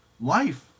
life